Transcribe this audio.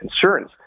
concerns